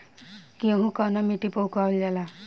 गेहूं कवना मिट्टी पर उगावल जाला?